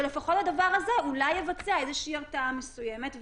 שלפחות הדבר הזה אולי יבצע איזושהי הרתעה מסוימת.